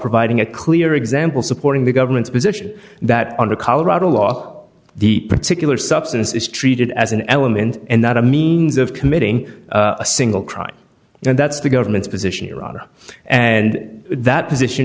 providing a clear example supporting the government's position that under colorado law the particular substance is treated as an element and not a means of committing a single crime and that's the government's position iran and that position